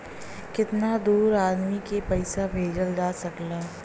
कितना दूर आदमी के पैसा भेजल जा सकला?